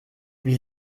wie